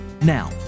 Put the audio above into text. Now